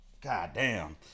Goddamn